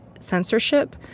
censorship